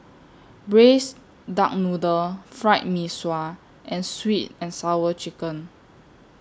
Braised Duck Noodle Fried Mee Sua and Sweet and Sour Chicken